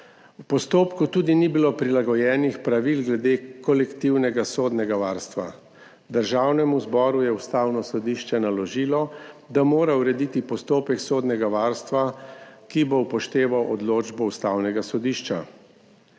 postopku tudi ni bilo prilagojenih pravil glede kolektivnega sodnega varstva. Državnemu zboru je Ustavno sodišče naložilo, da mora urediti postopek sodnega varstva, ki bo upošteval odločbo Ustavnega sodišča.